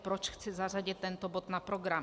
Proč chci zařadit tento bod na program.